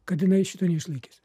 kad jinai šito neišlaikys